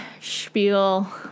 spiel